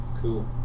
Cool